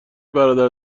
برادر